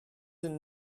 and